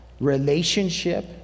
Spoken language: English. relationship